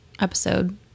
episode